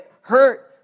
hurt